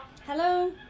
Hello